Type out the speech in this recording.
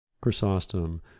Chrysostom